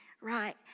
right